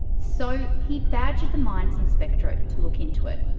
so he badgered the mines inspectorate to look into it.